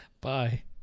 bye